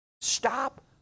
Stop